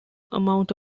amount